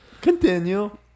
Continue